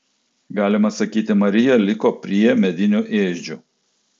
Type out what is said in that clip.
galima sakyti marija liko prie medinių ėdžių